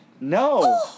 No